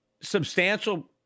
substantial